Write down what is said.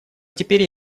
теперь